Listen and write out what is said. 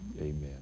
Amen